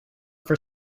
for